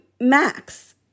Max